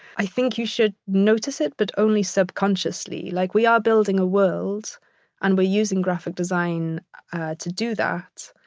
i think you should notice it, but only subconsciously. like, we are building a world and we're using graphic design to do that,